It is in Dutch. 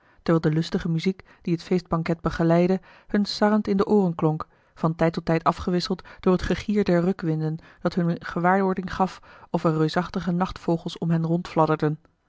terwijl de lustige muziek die het feestbanket begeleidde hun sarrend in de ooren klonk van tijd tot tijd afgewisseld door het gegier der rukwinden dat hun eene gewaarwording gaf of er reusachtige nachtvogels om hen